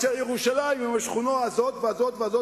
מאשר ירושלים עם השכונה הזאת והזאת והזאת,